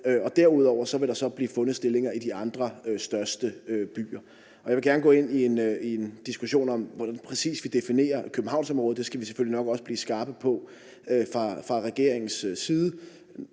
Derudover vil der så blive fundet stillinger i de andre største byer. Jeg vil gerne gå ind i en diskussion om, præcis hvordan vi definerer Københavnsområdet. Det skal vi selvfølgelig nok også blive skarpe på fra regeringens side.